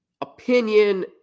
opinion